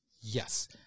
Yes